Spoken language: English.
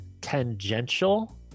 tangential